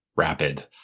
rapid